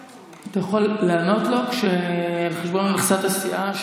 אתה יכול לענות לו על חשבון מכסת הסיעה,